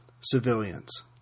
civilians